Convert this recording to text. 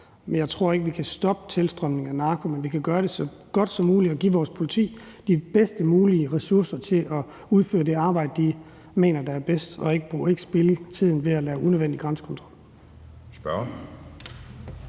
være. Jeg tror ikke, vi kan stoppe tilstrømningen af narko, men vi kan gøre det så godt som muligt og give vores politi de bedst mulige ressourcer til at udføre det arbejde, de mener er bedst, og ikke spilde tiden ved at lave unødvendig grænsekontrol. Kl.